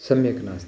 सम्यक् नास्ति